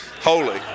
holy